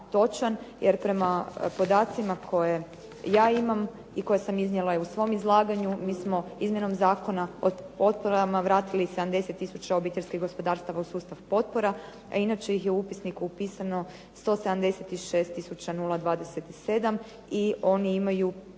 jer prema podacima koje ja imam i koje sam iznijela i u svom izlaganju, mi smo izmjenom Zakona o potporama vratili 70 tisuća obiteljskih gospodarstava u sustav potpora, a inače ih je upisniku upisano 176 tisuća 027 i oni imaju preko